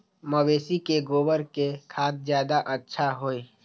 मवेसी के गोबर के खाद ज्यादा अच्छा होई?